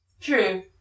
True